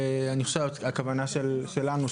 ואני חושב שהכוונה שלנו,